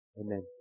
Amen